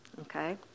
Okay